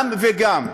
גם וגם.